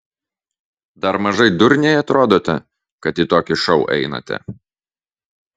dar mažai durniai atrodote kad į tokį šou einate